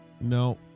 No